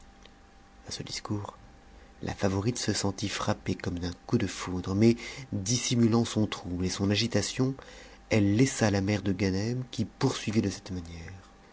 a ce discours la favorite se sentit frapper comme d'un coup de foudre mais dissimulant son trouble et son agitation elle laissa la mère de gauem qui poursuivit de cette manière